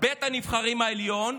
בית נבחרים עליון,